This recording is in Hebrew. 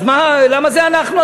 אז מה, למה זה אנחנו?